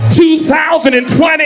2020